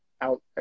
out